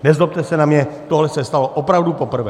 Nezlobte se na mě, tohle se stalo opravdu poprvé!